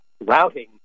routing